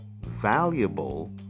valuable